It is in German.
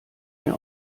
mir